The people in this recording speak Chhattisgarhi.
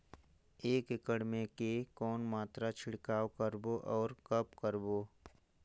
एक एकड़ मे के कौन मात्रा छिड़काव करबो अउ कब करबो?